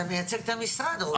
אתה מייצג את המשרד, רוני.